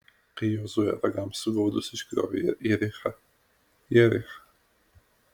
kai jozuė ragams sugaudus išgriovė jerichą jerichą